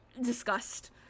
disgust